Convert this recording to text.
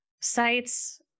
sites